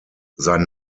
sein